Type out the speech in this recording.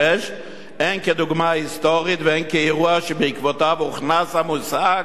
הן כדוגמה היסטורית והן כאירוע שבעקבותיו הוכנס המושג פקודה